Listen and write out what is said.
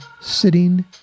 sitting